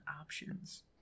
options